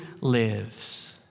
lives